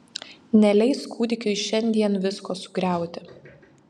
neleis kūdikiui šiandien visko sugriauti